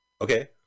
okay